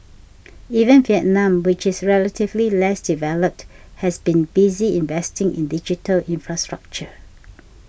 even Vietnam which is relatively less developed has been busy investing in digital infrastructure